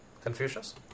Confucius